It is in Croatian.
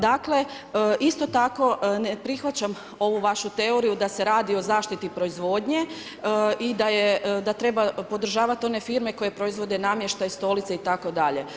Dakle, isto tako ne prihvaćam ovu vašu teoriju da se radi o zaštiti proizvodnje i da treba podržavati one firme koje proizvode namještaj, stolice itd.